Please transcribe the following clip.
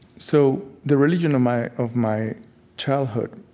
so the religion of my of my childhood